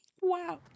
wow